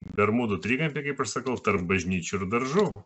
bermudų trikampy kaip aš sakau tarp bažnyčių ir daržų